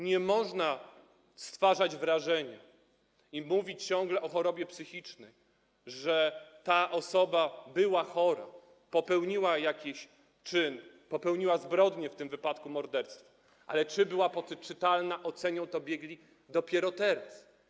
Nie można stwarzać wrażenia i mówić ciągle o chorobie psychicznej, o tym, że ta osoba była chora, popełniła jakiś czyn, popełniła zbrodnię, w tym wypadku morderstwo, ale czy była poczytalna, ocenią to biegli dopiero teraz.